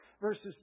Verses